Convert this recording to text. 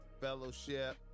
fellowship